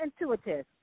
intuitive